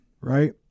right